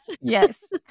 Yes